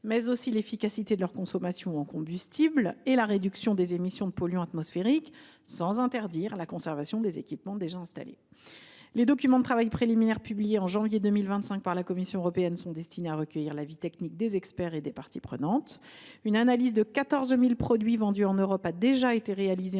appareils, l’efficacité de leur consommation de combustibles et la réduction des émissions de polluants atmosphériques, sans interdire la conservation des équipements déjà installés. La Commission européenne a publié en janvier 2025 des documents de travail préliminaires afin de recueillir l’avis technique des experts et des parties prenantes. Une analyse de 14 000 produits vendus en Europe a déjà été réalisée